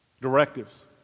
directives